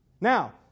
Now